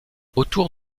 autour